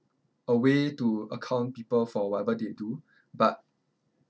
a way to account people for whatever they do but